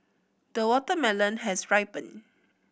the watermelon has ripened